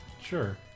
Sure